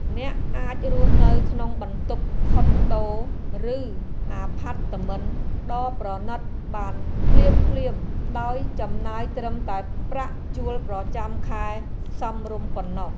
អ្នកអាចរស់នៅក្នុងបន្ទប់ខុនដូឬអាផាតមិនដ៏ប្រណីតបានភ្លាមៗដោយចំណាយត្រឹមតែប្រាក់ជួលប្រចាំខែសមរម្យប៉ុណ្ណោះ។